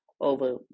over